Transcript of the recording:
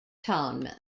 town